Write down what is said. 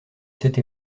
cette